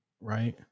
Right